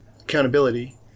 accountability